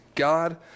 God